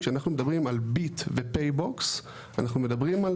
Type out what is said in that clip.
כשאנחנו מדברים על ביט ופייבוקס אנחנו מדברים על